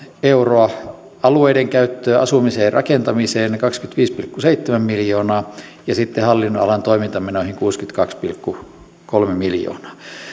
euroa alueidenkäyttöön asumiseen ja rakentamiseen kaksikymmentäviisi pilkku seitsemän miljoonaa ja sitten hallinnonalan toimintamenoihin kuusikymmentäkaksi pilkku kolme miljoonaa